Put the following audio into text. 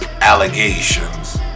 allegations